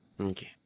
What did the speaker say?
Okay